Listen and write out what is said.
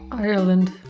ireland